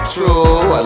True